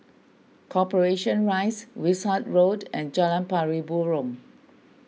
Corporation Rise Wishart Road and Jalan Pari Burong